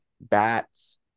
bats